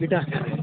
ଦୁଇଟା